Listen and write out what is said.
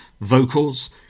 vocals